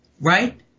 right